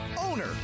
Owner